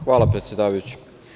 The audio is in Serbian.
Hvala predsedavajući.